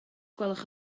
gwelwch